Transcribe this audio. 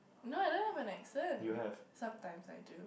no I don't have an accent sometimes I do